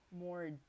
more